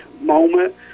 moment